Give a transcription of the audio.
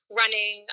running